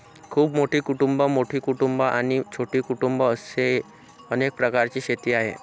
खूप मोठी कुटुंबं, मोठी कुटुंबं आणि छोटी कुटुंबं असे अनेक प्रकारची शेती आहे